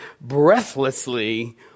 breathlessly